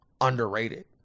underrated